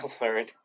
learn